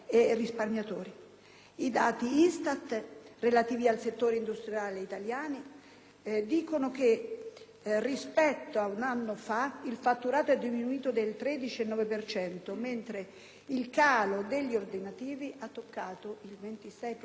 I dati ISTAT relativi al settore industriale italiano dicono che, rispetto ad un anno fa, il fatturato è diminuito del 13,9 per cento, mentre il calo degli ordinativi ha toccato il 26,2 per